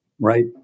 right